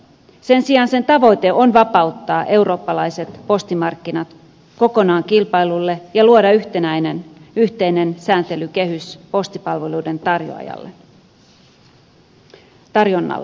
sen sijaan sen tavoite on vapauttaa eurooppalaiset postimarkkinat kokonaan kilpailulle ja luoda yhtenäinen yhteinen sääntelykehys postipalveluiden tarjonnalle